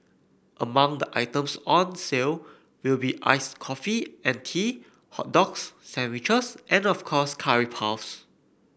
among the items on sale will be iced coffee and tea hot dogs sandwiches and of course curry puffs